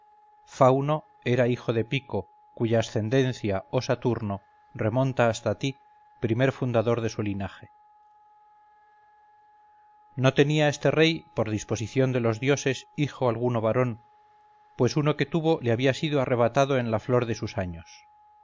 fauno era hijo de pico cuya ascendencia oh saturno remonta hasta ti primer fundador de su linaje no tenía este rey por disposición de los dioses hijo alguno varón pues uno que tuvo le había sido arrebatado en la flor de sus años